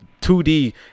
2D